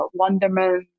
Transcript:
Wonderman